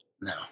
No